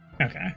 okay